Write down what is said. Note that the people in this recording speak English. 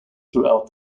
throughout